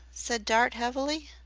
said dart heavily.